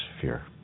fear